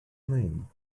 name